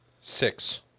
Six